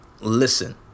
Listen